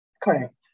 correct